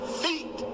feet